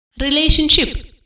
relationship